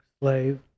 slave